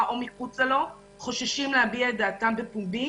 או מחוצה לו חוששים להביע את דעתם בפומבי,